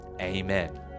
Amen